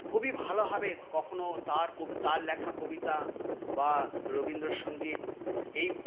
খুবই ভালোভাবে কখনও তার কব তাঁর লেখা কবিতা বা রবীন্দ্রসঙ্গীত এই